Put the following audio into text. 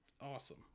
awesome